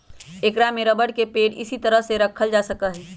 ऐकरा में रबर के पेड़ इसी तरह के रखल जा सका हई